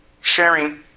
sharing